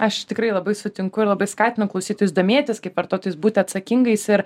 aš tikrai labai sutinku ir labai skatinu klausytojus domėtis kaip vartotojus būti atsakingais ir